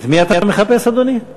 את מי אתה מחפש, אדוני?